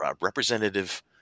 representative